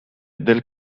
del